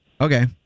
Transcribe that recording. okay